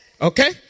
Okay